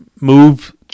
move